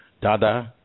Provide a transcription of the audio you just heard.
Dada